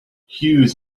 hughes